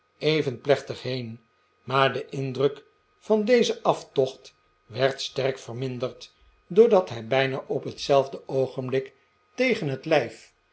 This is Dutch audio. even plechtig heen maar de indruk van dezen aftocht werd sterk verminderd doordat hij bijna op hetzelfde oogenblik tegen het lijf